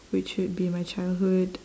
which would be my childhood